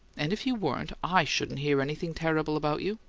and if you weren't, i shouldn't hear anything terrible about you.